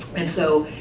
and so,